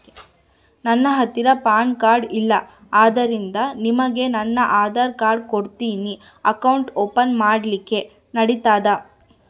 ನನ್ನ ಹತ್ತಿರ PAN card ಇಲ್ಲ ಆದ್ದರಿಂದ ನಿಮಗೆ ನನ್ನ ಆಧಾರ್ ಕಾರ್ಡ್ ಕೊಡ್ತೇನಿ ಅಕೌಂಟ್ ಓಪನ್ ಮಾಡ್ಲಿಕ್ಕೆ ನಡಿತದಾ?